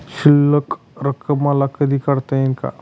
शिल्लक रक्कम मला कधी काढता येईल का?